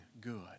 good